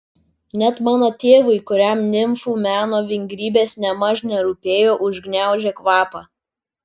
net mano tėvui kuriam nimfų meno vingrybės nėmaž nerūpėjo užgniaužė kvapą